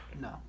no